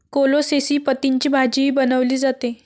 कोलोसेसी पतींची भाजीही बनवली जाते